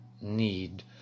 need